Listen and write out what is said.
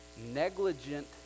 negligent